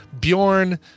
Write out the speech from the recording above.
Bjorn